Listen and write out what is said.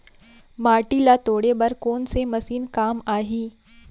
माटी ल तोड़े बर कोन से मशीन काम आही?